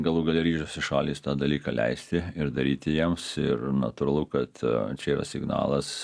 galų gale ryžosi šalys tą dalyką leisti ir daryti jiems ir natūralu kad čia yra signalas